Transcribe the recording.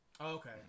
Okay